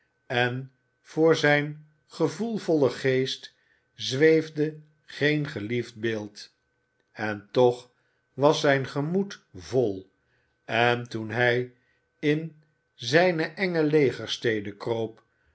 en voor zijn gevoelvollen geest zweefde geen geliefd beeld en toch was zijn gemoed vol en toen hij in zijne enge legerstede kroop